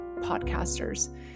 podcasters